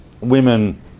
women